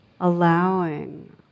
allowing